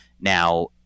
Now